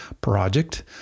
project